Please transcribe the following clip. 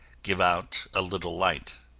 give out a little light.